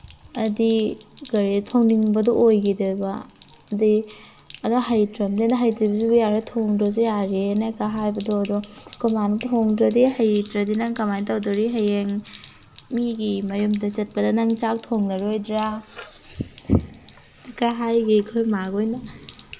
ꯑꯗꯤ ꯀꯔꯤ ꯊꯣꯡꯅꯤꯡꯕꯗꯣ ꯑꯣꯏꯈꯤꯗꯦꯕ ꯑꯗꯤ ꯑꯗ ꯍꯩꯇ꯭ꯔꯝꯅꯤꯅ ꯍꯩꯇ꯭ꯔꯁꯨ ꯌꯥꯔꯦ ꯊꯣꯡꯗ꯭ꯔꯁꯨ ꯌꯥꯔꯦꯅ ꯍꯥꯏꯕꯗꯣ ꯑꯗꯣ ꯑꯩꯈꯣꯏ ꯃꯥꯅ ꯊꯣꯡꯗ꯭ꯔꯗꯤ ꯍꯩꯇ꯭ꯔꯗꯤ ꯅꯪ ꯀꯃꯥꯏ ꯇꯧꯗꯣꯔꯤ ꯍꯌꯦꯡ ꯃꯤꯒꯤ ꯃꯌꯨꯝꯗ ꯆꯠꯄꯗ ꯅꯪ ꯆꯥꯛ ꯊꯣꯡꯂꯔꯣꯏꯗ꯭ꯔꯥ ꯀ ꯍꯥꯏꯈꯤ ꯑꯩꯈꯣꯏ ꯃꯥ ꯍꯣꯏꯅ